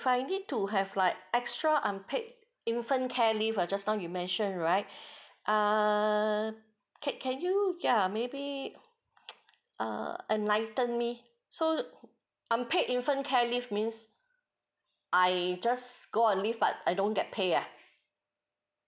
I need to have like extra unpaid infant care leave uh just now you mention right uh can can you ya maybe ah enlighten me so unpaid infant care leave means I just got a leave but I don't get pay ah